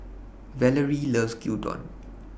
Valarie loves Gyudon